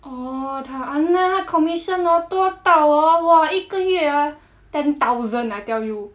orh 她 !hanna! 她 commission hor 多到 hor !wah! 一个月 ten thousand I tell you